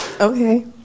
Okay